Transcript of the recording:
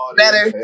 better